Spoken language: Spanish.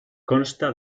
consta